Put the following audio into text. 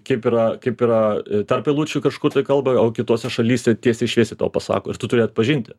kaip yra kaip yra tarp eilučių kažkur tai kalba o kitose šalyse tiesiai šviesiai tau pasako ir tu turi atpažinti